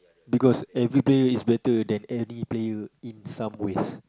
because every player is better than any player in some ways